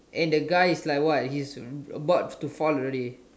and the guy is like he's is is about to fall already